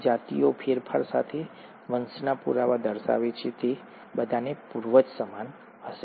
તેથી જાતિઓ ફેરફાર સાથે વંશના પુરાવા દર્શાવે છે અને તે બધાના પૂર્વજ સમાન હશે